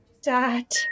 Dad